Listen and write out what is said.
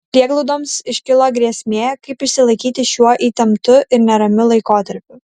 prieglaudoms iškilo grėsmė kaip išsilaikyti šiuo įtemptu ir neramiu laikotarpiu